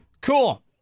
Cool